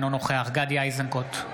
אינו נוכח גדי איזנקוט,